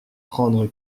prendre